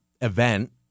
event